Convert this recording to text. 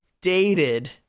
dated